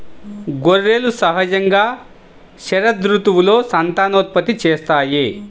గొర్రెలు సహజంగా శరదృతువులో సంతానోత్పత్తి చేస్తాయి